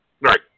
Right